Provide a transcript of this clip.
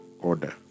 Order